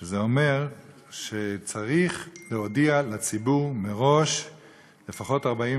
שזה אומר שצריך להודיע לציבור מראש לפחות 48